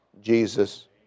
Jesus